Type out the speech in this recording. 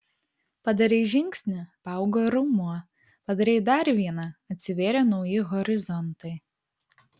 padarei žingsnį paaugo raumuo padarei dar vieną atsivėrė nauji horizontai